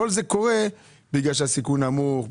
כל זה קורה בגלל שהסיכון נמוך,